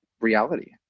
reality